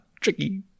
tricky